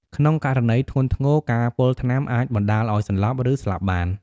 ក្នុងករណីធ្ងន់ធ្ងរ ការពុលថ្នាំអាចបណ្ដាលឱ្យសន្លប់ ឬស្លាប់បាន។